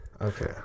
Okay